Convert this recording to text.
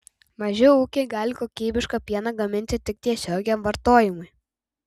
maži ūkiai gali kokybišką pieną gaminti tik tiesiogiam vartojimui